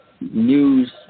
news